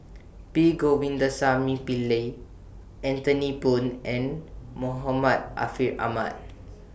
B Govindasamy Pillai Anthony Poon and Muhammad Ariff Ahmad